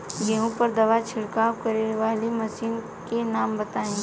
गेहूँ पर दवा छिड़काव करेवाला मशीनों के नाम बताई?